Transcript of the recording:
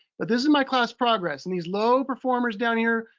but this is my class progress, and these low performers down here,